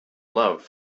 love